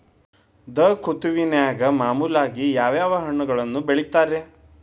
ಝೈದ್ ಋತುವಿನಾಗ ಮಾಮೂಲಾಗಿ ಯಾವ್ಯಾವ ಹಣ್ಣುಗಳನ್ನ ಬೆಳಿತಾರ ರೇ?